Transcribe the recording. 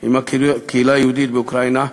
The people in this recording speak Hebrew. עם הקהילה היהודית באוקראינה,